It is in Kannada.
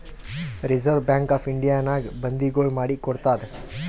ರಿಸರ್ವ್ ಬ್ಯಾಂಕ್ ಆಫ್ ಇಂಡಿಯಾನಾಗೆ ಬಂದಿಗೊಳ್ ಮಾಡಿ ಕೊಡ್ತಾದ್